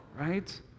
Right